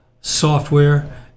software